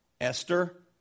Esther